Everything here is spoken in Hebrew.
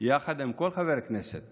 יחד עם כל חבר כנסת